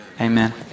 Amen